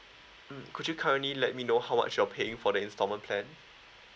mm could you currently let me know how much you're paying for the installment plan